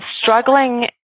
struggling